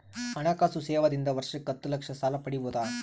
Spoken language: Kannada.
ಹಣಕಾಸು ಸೇವಾ ದಿಂದ ವರ್ಷಕ್ಕ ಹತ್ತ ಲಕ್ಷ ಸಾಲ ಪಡಿಬೋದ?